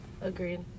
agreed